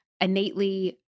innately